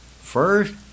first